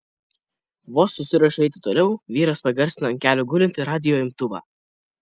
vos susiruošiu eiti toliau vyras pagarsina ant kelių gulintį radijo imtuvą